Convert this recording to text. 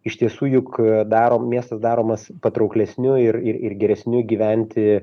iš tiesų juk darom miestas daromas patrauklesniu ir ir ir geresniu gyventi